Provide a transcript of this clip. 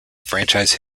franchise